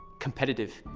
competitive,